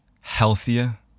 healthier